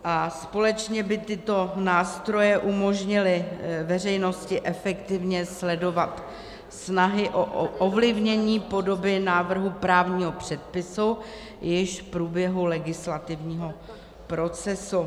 A společně by tyto nástroje umožnily veřejnosti efektivně sledovat snahy o ovlivnění podoby návrhu právního předpisu již v průběhu legislativního procesu.